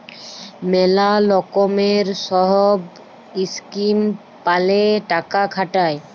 ম্যালা লকমের সহব ইসকিম প্যালে টাকা খাটায়